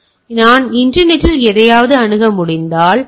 எனவே நான் இன்டர்நெட்டில் எதையாவது அணுக முடிந்தால்